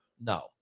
No